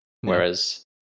Whereas